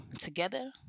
together